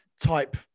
type